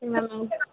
சரி மேம்